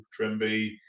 Trimby